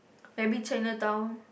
maybe Chinatown